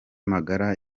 magara